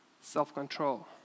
self-control